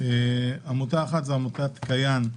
עמותת "כייאן"